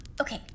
Okay